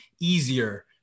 easier